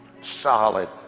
Solid